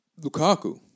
Lukaku